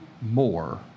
more